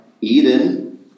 Eden